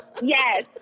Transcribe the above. Yes